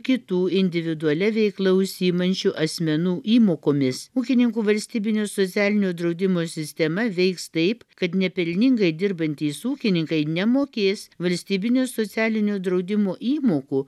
kitų individualia veikla užsiimančių asmenų įmokomis ūkininkų valstybinio socialinio draudimo sistema veiks taip kad nepelningai dirbantys ūkininkai nemokės valstybinio socialinio draudimo įmokų